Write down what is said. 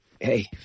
Hey